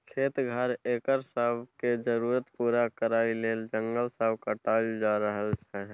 खेत, घर, एकर सब के जरूरत पूरा करइ लेल जंगल सब काटल जा रहल छै